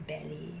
ballet